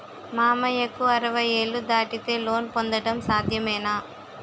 మామయ్యకు అరవై ఏళ్లు దాటితే లోన్ పొందడం సాధ్యమేనా?